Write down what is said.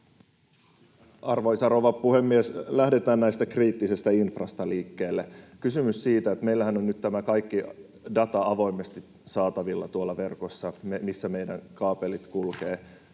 Arvoisa rouva puhemies! Lähdetään liikkeelle kriittisestä infrasta. Minulla on kysymys siitä, että meillähän on nyt tämä kaikki data avoimesti saatavilla tuolla verkossa, missä meidän kaapelit kulkevat: